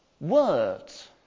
words